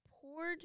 poured